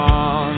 on